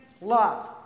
love